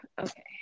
okay